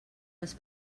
les